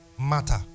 matter